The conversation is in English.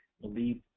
believe